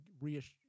reassure